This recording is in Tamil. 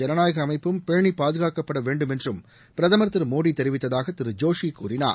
ஜனநாயக அமைப்பும் பேணி பாதுகாக்கப்பட வேண்டும் என்றம் பிரதமர் திரு மோடி தெரிவித்ததாக திரு ஜோஷி கூறினார்